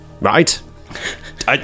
Right